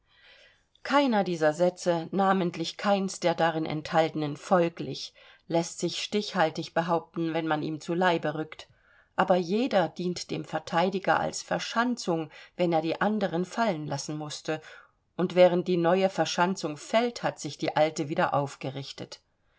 keiner dieser sätze namentlich keins der darin enthaltenen folglich läßt sich stichhaltig behaupten wenn man ihm zu leibe rückt aber jeder dient dem verteidiger als verschanzung wenn er die anderen fallen lassen mußte und während die neue verschanzung fällt hat sich die alte wieder aufgerichtet